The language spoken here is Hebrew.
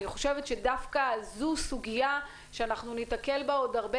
אני חושבת שדווקא זו סוגיה שניתקל בה עוד הרבה